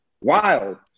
Wild